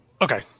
Okay